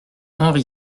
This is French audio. henri